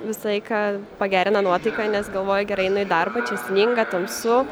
visą laiką pagerina nuotaiką nes galvoji gerai einu į darbą čia sninga tamsu